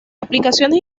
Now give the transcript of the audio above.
aplicaciones